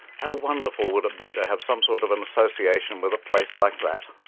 how wonderful would it be to have some sort of um association with a place like that.